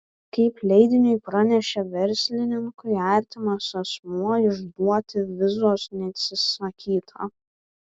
kaip leidiniui pranešė verslininkui artimas asmuo išduoti vizos neatsisakyta